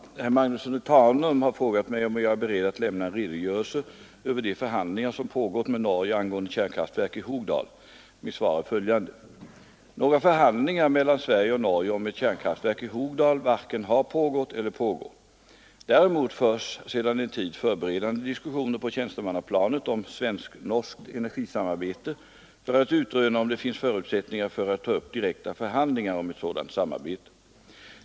Herr talman! Herr Magnusson i Tanum har frågat mig om jag är beredd att lämna en redogörelse över de förhandlingar som pågått med Norge angående kärnkraftverk i Hogdal. Mitt svar är följande: Några förhandlingar mellan Sverige och Norge om ett kärnkraftverk i Hogdal varken har pågått eller pågår. Däremot förs sedan en tid förberedande diskussioner på tjänstemannaplanet om svenskt-norskt energisamarbete för att utröna om det finns förutsättningar för att ta upp direkta förhandlingar om ett sådant samarbete.